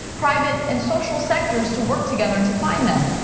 private and social sectors to work together to find them.